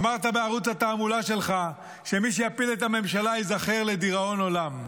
אמרת בערוץ התעמולה שלך שמי שיפיל את הממשלה ייזכר לדיראון עולם.